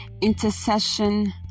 intercession